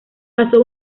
paso